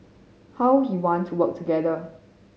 how he want to work together